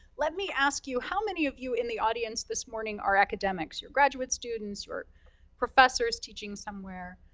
let me ask you, how many of you in the audience this morning are academics? you're graduate students, or professors teaching somewhere.